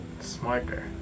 smarter